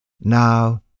Now